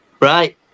Right